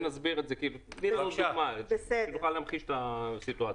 תני לנו דוגמה שתוכל להמחיש את הסיטואציה.